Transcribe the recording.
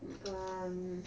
mm um